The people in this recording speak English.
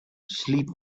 sheep